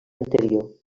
anterior